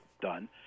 done